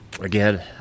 again